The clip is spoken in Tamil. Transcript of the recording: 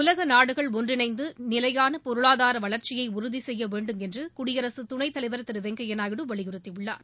உலக நாடுகள் ஒருங்கிணைந்து நிலையான பொருளாதார வளர்ச்சியை உறுதி செய்ய வேண்டும் என்று குடியரசுத் துணை தலைவர் திரு வெங்கய்யா நாயுடு வலியுறுத்தியுள்ளார்